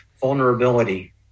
vulnerability